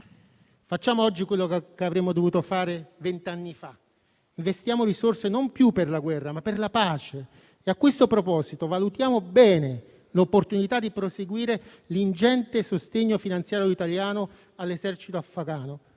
Facciamo oggi quello che avremmo dovuto fare vent'anni fa: investiamo risorse non più per la guerra, ma per la pace. A questo proposito, valutiamo bene l'opportunità di proseguire l'ingente sostegno finanziario italiano all'esercito afgano